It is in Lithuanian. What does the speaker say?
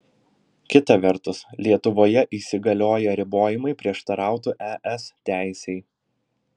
kita vertus lietuvoje įsigalioję ribojimai prieštarautų es teisei